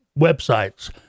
websites